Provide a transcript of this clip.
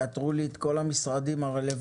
אני מבקש שתאתרו לי את כל המשרדים הרלוונטיים